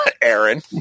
Aaron